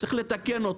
צריך לתקן אותו.